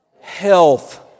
Health